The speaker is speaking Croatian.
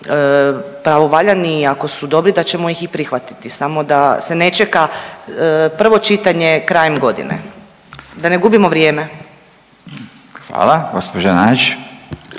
pravovaljani i ako su dobri da ćemo ih i prihvatiti samo da se ne čeka prvo čitanje krajem godine. Da ne gubimo vrijeme. **Radin, Furio